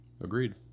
Agreed